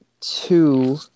two